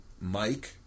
Mike